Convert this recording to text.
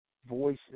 voice